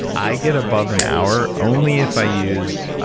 i get above an hour only if i use,